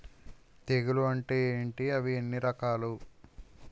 తెగులు అంటే ఏంటి అవి ఎన్ని రకాలు?